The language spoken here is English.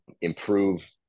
improve